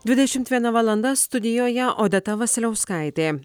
dvidešimt viena valanda studijoje odeta vasiliauskaitė